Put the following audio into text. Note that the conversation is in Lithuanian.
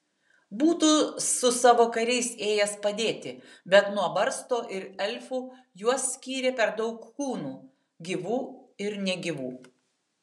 būtų su savo kariais ėjęs padėti bet nuo barsto ir elfų juos skyrė per daug kūnų gyvų ir negyvų